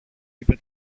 είπε